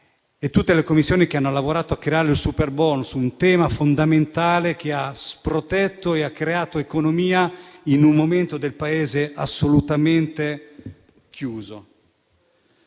tutte le Commissioni che hanno lavorato a creare il superbonus, uno strumento fondamentale che ha protetto e creato economia in un momento in cui il Paese era assolutamente chiuso.